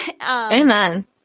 Amen